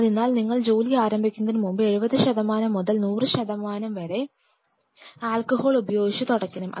അതിനാൽ നിങ്ങൾ ജോലി ആരംഭിക്കുന്നതിന് മുമ്പ് 70 ശതമാനം മുതൽ 100 ശതമാനം വരെ ആൽക്കഹോൾ ഉപയോഗിച്ച് തുടയ്ക്കണം